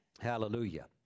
Hallelujah